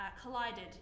collided